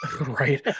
Right